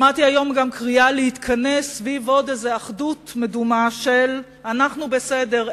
שמעתי היום קריאה להתכנס סביב איזו אחדות מדומה של: אנחנו בסדר,